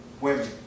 women